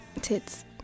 Tits